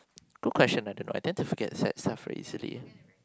good question I don't know I tend to forget sad stuff very easily